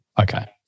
okay